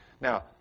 now